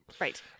Right